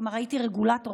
כלומר הייתי רגולטור,